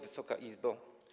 Wysoka Izbo!